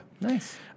Nice